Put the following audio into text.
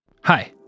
Hi